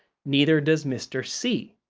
neither does mr. c.